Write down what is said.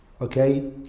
Okay